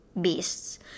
beasts